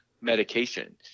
medication